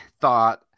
thought